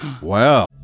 Wow